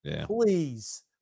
Please